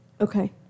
Okay